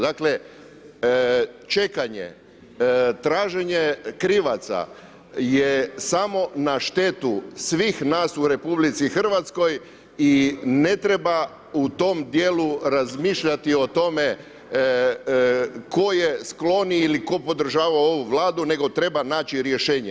Dakle, čekanje, traženje krivaca je samo na štetu svih nas u RH i ne treba u tom dijelu razmišljati o tome tko je sklon ili tko podržava ovu Vladu nego treba naći rješenje.